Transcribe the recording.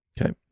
Okay